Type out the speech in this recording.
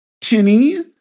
Tinny